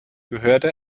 gehörte